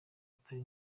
atari